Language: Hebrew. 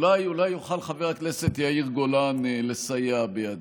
אולי יוכל חבר הכנסת יאיר גולן לסייע בידי.